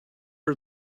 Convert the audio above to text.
are